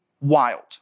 wild